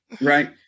Right